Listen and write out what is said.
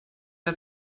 der